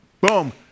Boom